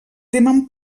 temen